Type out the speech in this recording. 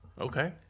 Okay